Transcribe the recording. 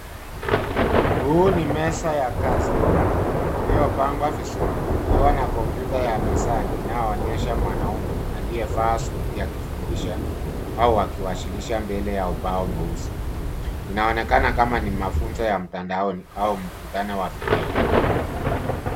Huu ni meza ya kazi iliyopangwa vizuri ikiwa na kompyuta ya mezani inayoonyesha mwanaume aliyevaa suti akifundisha au akiwasilisha mbele ya ubao mweusi. Inaonekana kama ni mafunzo ya mtandaoni au mafunzo ya video.